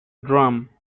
drum